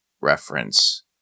reference